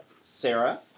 Sarah